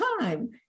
time